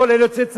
כולל יוצאי צבא.